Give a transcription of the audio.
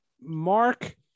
Mark